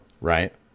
right